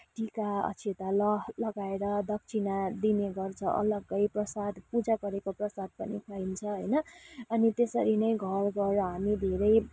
टिका अक्षता ल लगएर दक्षिणा दिने गर्छ अलग्गै प्रसाद पूजा गरेको प्रसाद पनि पाइन्छ होइन अनि त्यसरी नै घर घर हामी धेरै